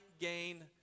gain